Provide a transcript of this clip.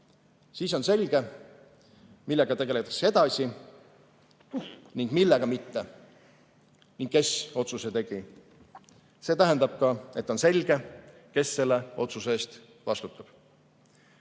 Siis on selge, millega tegeletakse edasi ning millega mitte ning kes otsuse tegi. See tähendab ka, et on selge, kes selle otsuse eest vastutab.